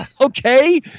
Okay